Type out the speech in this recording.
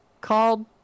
called